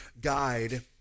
guide